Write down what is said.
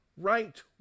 right